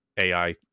ai